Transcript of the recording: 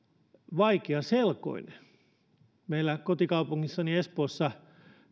vaikeaselkoinen meillä kotikaupungissani espoossa